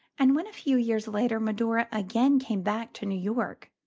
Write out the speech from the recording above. and when a few years later medora again came back to new york,